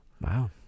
Wow